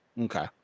Okay